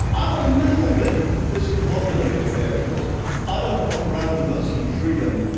i'm a little bit discombobulated here, because i don't put randomness and freedom,